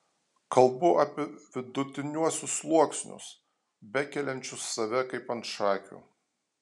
kalbu apie vidutiniuosius sluoksnius bekeliančius save kaip ant šakių